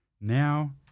Now